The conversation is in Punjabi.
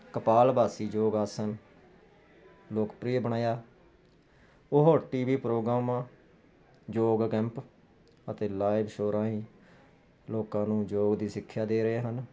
ਕਪਾਲ ਵਾਸੀ ਯੋਗ ਆਸਨ ਲੋਕਪ੍ਰਿਯਾ ਬਣਾਇਆ ਉਹ TV programme yoga camp ਅਤੇ ਲਾਈਵ ਸ਼ੋ ਰਾਹੀਂ ਲੋਕਾਂ ਨੂੰ ਯੋਗ ਦੀ ਸਿੱਖਿਆ ਦੇ ਰਹੇ ਹਨ